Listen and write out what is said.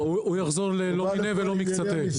הוא יחזור ללא מינה ולא מקצתה.